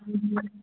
ಹ್ಞೂ